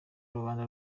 rubanda